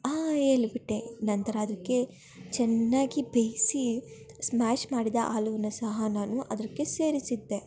ಆ ಹೇಳಿಬಿಟ್ಟೆ ನಂತರ ಅದಕ್ಕೆ ಚೆನ್ನಾಗಿ ಬೇಯಿಸಿ ಸ್ಮ್ಯಾಶ್ ಮಾಡಿದ ಆಲೂವನ್ನು ಸಹ ನಾನು ಅದಕ್ಕೆ ಸೇರಿಸಿದ್ದೆ